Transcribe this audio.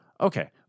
Okay